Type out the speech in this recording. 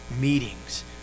meetings